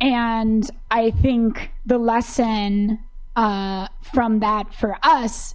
and i think the lesson from that for us